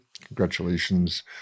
Congratulations